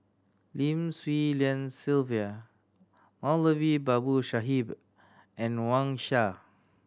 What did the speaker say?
Lim Swee Lian Sylvia Moulavi Babu Sahib and Wang Sha